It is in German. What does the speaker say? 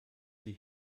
sie